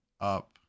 up